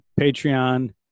Patreon